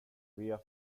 vet